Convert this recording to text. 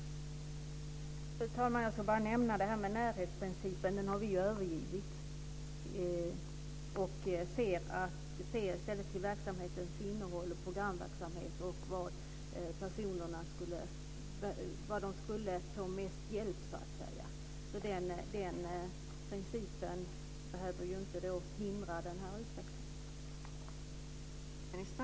Fru talman! Jag ska bara nämna närhetsprincipen. Den har vi övergivit. Vi ser i stället till verksamhetens innehåll, till programverksamhet och till vad personerna skulle få mest hjälp av. Den principen behöver inte hindra den här utvecklingen.